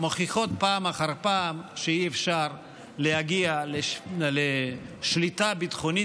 מוכיחות פעם אחר פעם שאי-אפשר להגיע לשליטה ביטחונית